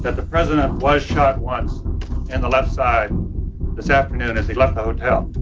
the the president was shot once in the left side this afternoon as he left the hotel.